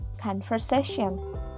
conversation